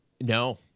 no